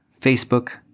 Facebook